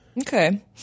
Okay